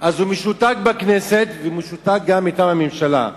בכנסת ומשותק גם מטעם הממשלה.